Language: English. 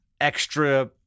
extra